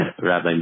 Rabbi